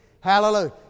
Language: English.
Hallelujah